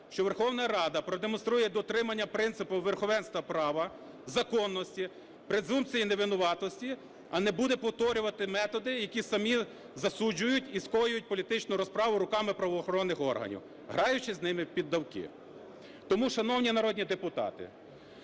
що Верховна Рада продемонструє дотримання принципу верховенства права, законності, презумпції невинуватості, а не буде повторювати методи, які самі засуджують і скоюють політичну розправу руками правоохоронних органів, граючись з ними в піддавки. Тому, шановні народні депутати,